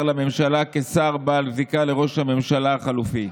לממשלה כשר בעל זיקה לראש הממשלה החלופי.